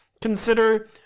consider